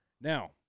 Now